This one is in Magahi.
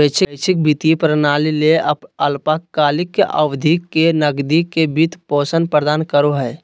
वैश्विक वित्तीय प्रणाली ले अल्पकालिक अवधि के नकदी के वित्त पोषण प्रदान करो हइ